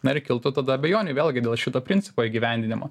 na ir kiltų tada abejonių vėlgi dėl šito principo įgyvendinimo